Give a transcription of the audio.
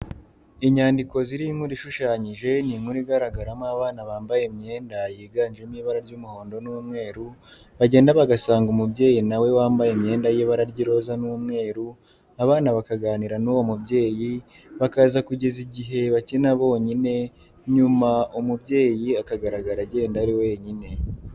Inyandiko ziriho inkuru ishushanyije ni inkuru igaragaramo abana bambaye imyenda yiganjemo ibara ry'umuhondo n'umweru, bagenda bagasanga umubyeyi nawe wambaye imyenda y'ibara ry'iroza n'umweru, abana bakaganira n'uwo mubyeyi, bakaza kugeza igihe bakina bonyine nyuma umubyeyi akagaragara agenda ari wenyine.